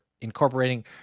incorporating